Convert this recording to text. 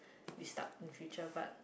restart in future but